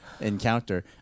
encounter